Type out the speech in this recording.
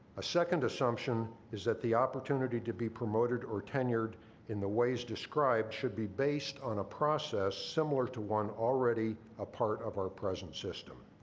a second assumption is that the opportunity to be promoted or tenured in the ways described should be based on a process similar to one already a part of our present system.